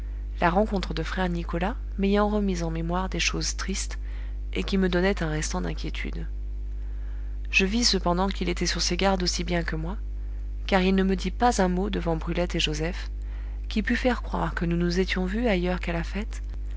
la rencontre de frère nicolas m'ayant remis en mémoire des choses tristes et qui me donnaient un restant d'inquiétude je vis cependant qu'il était sur ses gardes aussi bien que moi car il ne me dit pas un mot devant brulette et joseph qui pût faire croire que nous nous étions vus ailleurs qu'à la fête